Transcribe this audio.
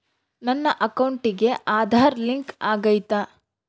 ನನ್ನ ಅಕೌಂಟಿಗೆ ಆಧಾರ್ ಲಿಂಕ್ ಆಗೈತಾ?